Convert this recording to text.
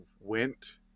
went